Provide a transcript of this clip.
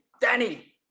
danny